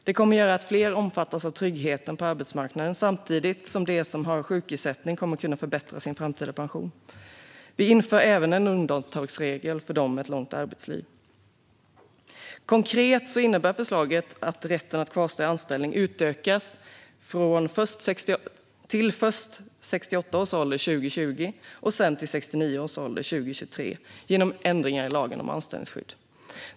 Det kommer att göra att fler omfattas av tryggheten på arbetsmarknaden samtidigt som de som har sjukersättning kommer att kunna förbättra sin framtida pension. Vi inför även en undantagsregel för dem med ett långt arbetsliv. Konkret innebär förslaget att rätten att kvarstå i anställning utökas till först 68 års ålder 2020 och sedan till 69 års ålder 2023 genom ändringar i lagen om anställningsskydd.